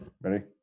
ready